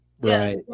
Right